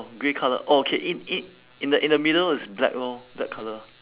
oh grey colour orh okay in in in the in the middle is black lor black colour